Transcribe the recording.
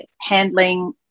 handling